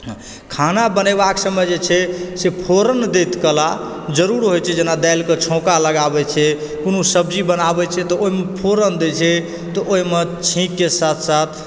खाना बनेबाक समय जे छै से फोरन दैत काल जरूर होइ छै जेना दालिकऽ छौङ्का लगाबै छै कोनो सब्जी बनाबै छै तऽ ओइमे फोड़न दै छै तऽ ओइमे छीङ्कके साथ साथ